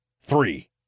three